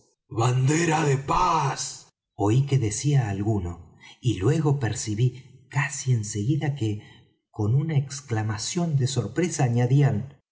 bandera de paz oí que decía alguno y luego percibí casi en seguida que con una exclamación de sorpresa añadían